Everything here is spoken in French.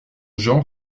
gens